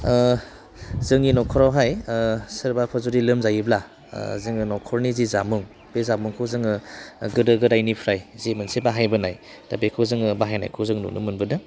जोंनि न'खरावहाय सोरबाफोर जुदि लोमजायोब्ला जोङो न'खरनि जि जामुं बे जामुंखौ जोङो गोदो गोदायनिफ्राय जि मोनसे बाहायबोनाय दा बेखौ जोङो बाहायनायखौ जों नुनो मोनोबोदों